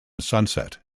sunset